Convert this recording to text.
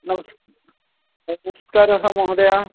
नमः नमस्कारः महोदय